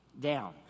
down